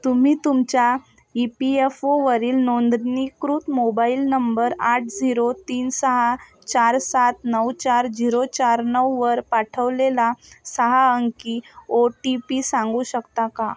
तुम्ही तुमच्या E P यफोवरील नोंदणीकृत मोबाईल नंबर आठ झिरो तीन सहा चार सात नऊ चार झिरो चार नऊवर पाठवलेला सहा अंकी ओ टी पी सांगू शकता का